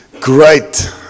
Great